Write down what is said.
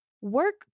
work